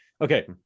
Okay